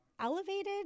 elevated